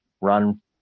run